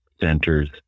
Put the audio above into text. centers